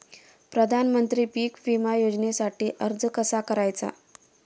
प्रधानमंत्री पीक विमा योजनेसाठी अर्ज कसा करायचा?